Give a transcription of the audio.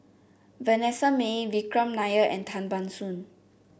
Vanessa Mae Vikram Nair and Tan Ban Soon